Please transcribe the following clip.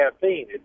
caffeine